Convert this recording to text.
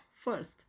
First